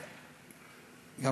הלוואי.